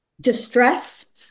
distress